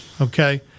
Okay